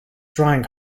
drying